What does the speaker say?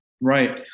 Right